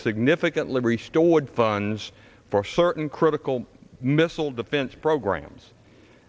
significant livery stored funds for certain critical missile defense programs